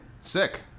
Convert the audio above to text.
Sick